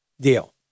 deal